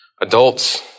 Adults